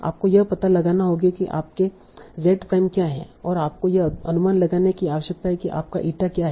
आपको यह पता लगाना होगा कि आपके z प्राइम क्या हैं और आपको यह अनुमान लगाने की आवश्यकता है कि आपका ईटा क्या हैं